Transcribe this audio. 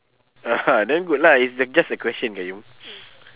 then good lah it's uh just a question qayyum